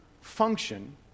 function